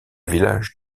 village